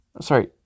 sorry